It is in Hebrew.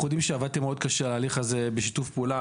אנחנו יודעים שעבדתם מאוד קשה על ההליך הזה בשיתוף פעולה.